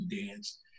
dance